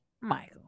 Michael